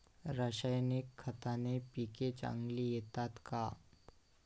रासायनिक खताने पिके चांगली येतात का?